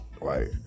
Right